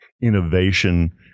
innovation